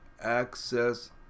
Access